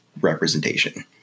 representation